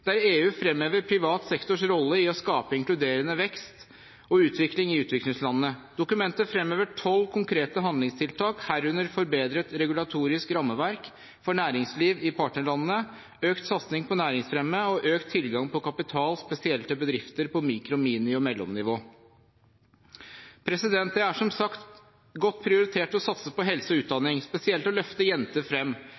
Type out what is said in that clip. der EU fremhever privat sektors rolle i å skape inkluderende vekst og utvikling i utviklingslandene. Dokumentet fremhever 12 konkrete handlingstiltak, herunder forbedret regulatorisk rammeverk for næringsliv i partnerlandene, økt satsing på næringsfremmende tiltak og økt tilgang på kapital, spesielt for bedrifter på mikro-, mini- og mellomnivå. Det er som sagt godt prioritert å satse på helse og